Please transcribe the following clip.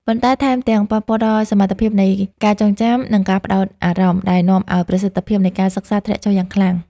ប៉ុន្តែថែមទាំងប៉ះពាល់ដល់សមត្ថភាពនៃការចងចាំ និងការផ្ដោតអារម្មណ៍ ដែលនាំឱ្យប្រសិទ្ធភាពនៃការសិក្សាធ្លាក់ចុះយ៉ាងខ្លាំង។